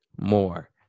more